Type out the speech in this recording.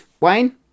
Wayne